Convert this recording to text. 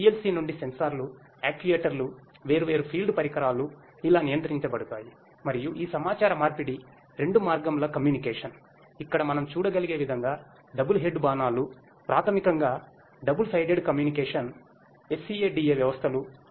PLC నుండి సెన్సార్లు యాక్యుయేటర్లు వేర్వేరు ఫీల్డ్ పరికరాలు ఇలా నియంత్రించబడతాయి మరియు ఈ సమాచార మార్పిడి రెండు మార్గంల కమ్యూనికేషన్ ఇక్కడ మనం చూడగలిగే విధంగా డబుల్ హెడ్ బాణాలు ప్రాథమికంగా డబుల్ సైడెడ్ కమ్యూనికేషన్ SCADA వ్యవస్థలు ఉన్నాయని సూచిస్తాయి